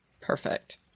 perfect